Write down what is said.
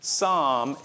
Psalm